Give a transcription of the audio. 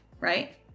right